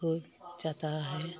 हो जाता है